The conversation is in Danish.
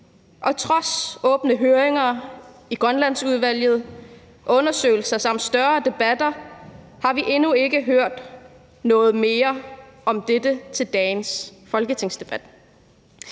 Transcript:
Og trods åbne høringer i Grønlandsudvalget, undersøgelser og større debatter har vi endnu ikke hørt noget mere om dette til dagens folketingsdebat.